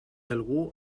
algú